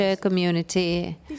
community